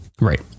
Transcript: Right